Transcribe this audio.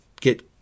get